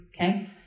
okay